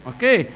Okay